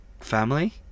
family